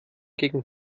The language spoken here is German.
gegen